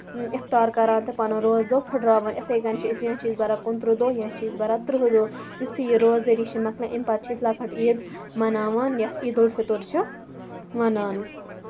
افطار کَران تہٕ پَنُن روزٕ دۄہ فُٹراوان یِتھاے کٔنۍ چھِ أسۍ یا چھِ أسۍ بَران کُنہٕ ترٕٛہ دۄہ یا چھِ أسۍ بَران ترٕٛہ دۄہ یِتھٕے یہِ روز دٔری چھِ مۄکلان اَمہِ پَتہٕ چھِ أسۍ لَکٕٹۍ عید مناوان یَتھ عیدالفطر چھِ وَنان